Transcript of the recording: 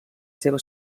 seva